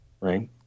Right